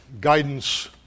guidance